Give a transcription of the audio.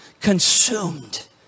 consumed